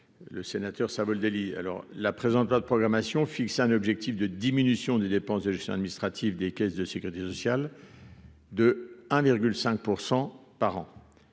le sénateur Savoldelli alors la présente loi de programmation fixé un objectif de diminution des dépenses de gestion administrative des caisses de Sécurité sociale. De un virgule